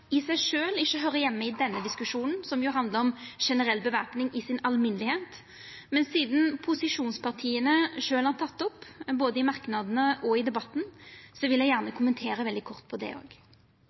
i seg sjølv ikkje høyrer heime i denne diskusjonen, som jo handlar om generell bevæpning til vanleg. Men sidan posisjonspartia sjølve har teke det opp, både i merknadene og i debatten, vil eg gjerne kommentera det òg veldig kort. Me veit at når det